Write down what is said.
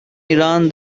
iran